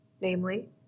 namely